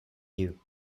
you